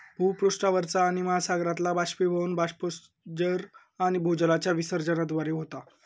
भूपृष्ठावरचा पाणि महासागरातला बाष्पीभवन, बाष्पोत्सर्जन आणि भूजलाच्या विसर्जनाद्वारे होता